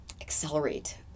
accelerate